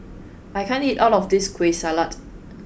I can't eat all of this kueh salat